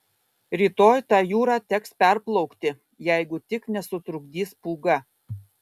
rytoj tą jūrą teks perplaukti jeigu tik nesutrukdys pūga